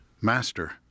Master